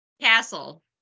castle